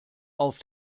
auf